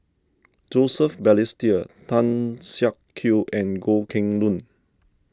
Joseph Balestier Tan Siak Kew and Goh Kheng Long